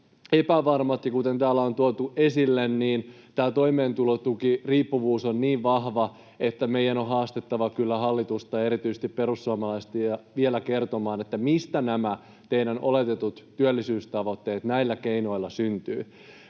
kuten täällä on tuotu esille, tämä toimeentulotukiriippuvuus on niin vahvaa, että meidän on haastettava kyllä hallitusta ja erityisesti perussuomalaiset vielä kertomaan, mistä nämä teidän oletetut työllisyystavoitteenne näillä keinoilla syntyvät.